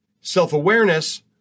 Self-awareness